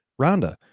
Rhonda